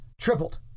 tripled